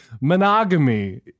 Monogamy